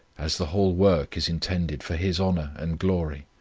as the whole work is intended for his honour and glory.